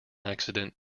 accident